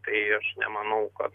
tai aš nemanau kad